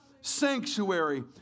sanctuary